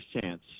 Chance